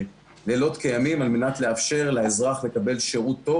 לילות כימים על מנת לאפשר לאזרח לקבל שירות טוב.